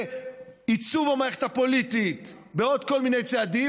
וייצוב המערכת הפוליטית בעוד כל מיני צעדים,